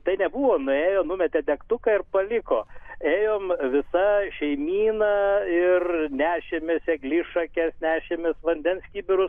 tai nebuvo nuėjo numetė degtuką ir paliko ėjom visa šeimyna ir nešėmės eglišakes nešėmės vandens kibirus